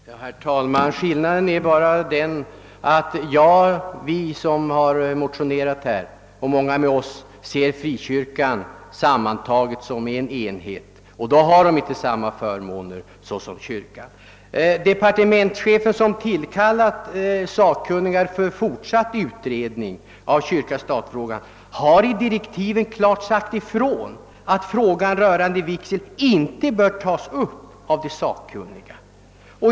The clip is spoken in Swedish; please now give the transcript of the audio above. Herr talman! Skillnaden mellan fru Löfqvists och mitt synsätt är den att vi som motionerat och många med oss ser frikyrkan sammantagen som en enhet. Denna enhet har inte samma förmåner som kyrkan. Departementschefen som = tillkallat sakkunniga för fortsatt utredning av kyrka—stat-frågan har i direktiven klart sagt ifrån att frågan rörande vigsel inte bör tas upp av de sakkunniga.